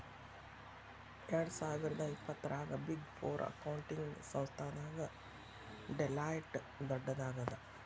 ಎರ್ಡ್ಸಾವಿರ್ದಾ ಇಪ್ಪತ್ತರಾಗ big four accounting ಸಂಸ್ಥಾದಾಗ ಡೆಲಾಯ್ಟ್ ದೊಡ್ಡದಾಗದ